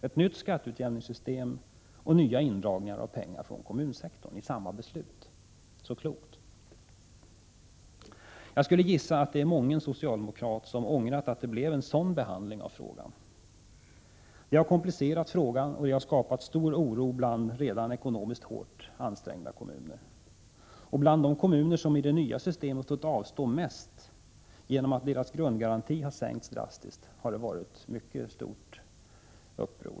Ett nytt skatteutjämningssystem och nya indragningar av pengar från kommunsektorn inryms i samma beslut — så klokt! Jag skulle gissa att mången socialdemokrat har ångrat att frågan fick den behandlingen. Det har komplicerat frågan och skapat stor oro bland redan ekonomiskt hårt ansträngda kommuner. I de kommuner som omfattas av det nya systemet och som har fått avstå mest genom att deras grundgaranti drastiskt har sänkts har det varit mycket stor oro.